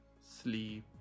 sleep